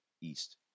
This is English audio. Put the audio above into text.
east